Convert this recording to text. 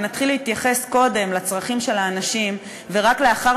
ונתחיל להתייחס קודם לצרכים של האנשים ורק לאחר